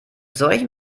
solchen